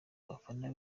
abafana